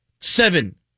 seven